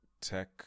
tech